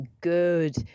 good